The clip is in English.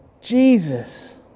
Jesus